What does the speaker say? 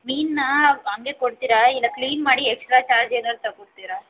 ಮೀನನ್ನ ಹಾಗೆ ಕೊಡ್ತೀರಾ ಇಲ್ಲ ಕ್ಲೀನ್ ಮಾಡಿ ಎಕ್ಸ್ಟ್ರಾ ಚಾರ್ಜ್ ಏನಾರೂ ತಗೊತೀರಾ